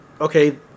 okay